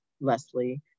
Leslie